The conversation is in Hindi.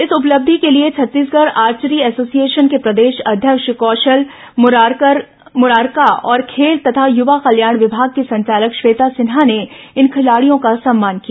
इस उपलब्धि के लिए छत्तीसंगढ आर्चरी एसोसिएशन के प्रदेश अध्यक्ष कैलाश मुरारका और खेल तथा युवा कल्याण विभाग की संचालक श्वेता सिन्हा ने इन खिलाड़ियों का सम्मान किया